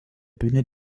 bühne